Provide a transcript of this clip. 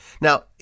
Now